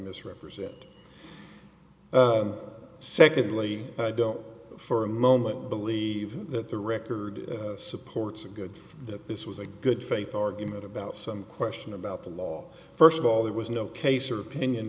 misrepresent secondly i don't for a moment believe that the record supports a good that this was a good faith argument about some question about the law first of all there was no case or opinion